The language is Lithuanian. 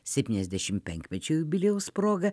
septyniasdešimt penkmečio jubiliejaus proga